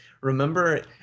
Remember